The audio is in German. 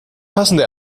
passende